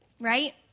Right